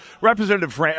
Representative